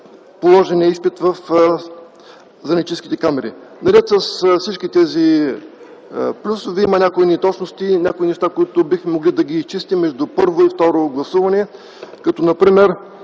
положения изпит в занаятчийските камари. Наред с всички тези плюсове има някои неточности и някои неща, които бихме могли да изчистим между първо и второ гласуване. Например,